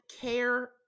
care